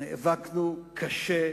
נאבקנו קשה.